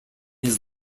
his